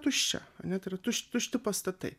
tuščia ane tai yra tušti pastatai